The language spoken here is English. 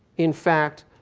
in fact,